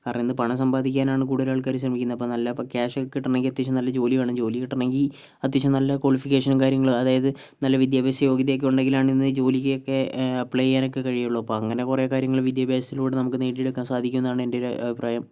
കാരണം ഇന്ന് പണം സമ്പാദിക്കാൻ ആണ് കൂടുതൽ ആൾക്കാരും ശ്രമിക്കുന്നത് അപ്പൊൾ നല്ല അപ്പോൾ ക്യാഷ് ഒക്കെ കിട്ടണമെങ്കിൽ അത്യാവശ്യം നല്ല ജോലി വേണം ജോലികിട്ടണങ്കിൽ അത്യാവശ്യം നല്ല ക്വാളിഫിക്കേഷനും കാര്യങ്ങളും അതായത് നല്ല വിദ്യാഭ്യാസ യോഗ്യതയൊക്കെ ഉണ്ടെങ്കിലാണ് ഇന്ന് ജോലിക്കൊക്കെ അപ്ലൈ ചെയ്യാൻ ഒക്കെ കഴിയുള്ളൂ അപ്പോ അങ്ങനെ കുറെ കാര്യങ്ങൾ വിദ്യാഭ്യാസത്തിലൂടെ നമുക്ക് നേടിയെടുക്കാൻ സാധിക്കും എന്നാണ് എൻറെ ഒരു അഭിപ്രായം